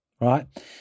right